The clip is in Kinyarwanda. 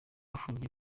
afungiwe